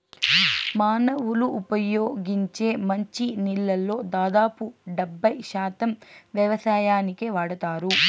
మానవులు ఉపయోగించే మంచి నీళ్ళల్లో దాదాపు డెబ్బై శాతం వ్యవసాయానికే వాడతారు